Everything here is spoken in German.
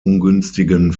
ungünstigen